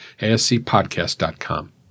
ASCPodcast.com